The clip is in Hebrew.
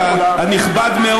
רבותי, אני אאפשר.